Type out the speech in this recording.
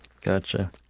Gotcha